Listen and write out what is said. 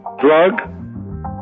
Drug